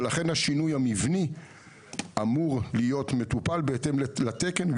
ולכן השינוי המבני אמור להיות מטופל בהתאם לתקן.